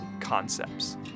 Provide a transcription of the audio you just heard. concepts